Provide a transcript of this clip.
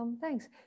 Thanks